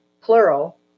plural